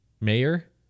Mayor